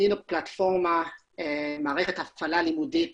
בנינו פלטפורמה למערכת הפעלה לימודית